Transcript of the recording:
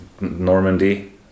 Normandy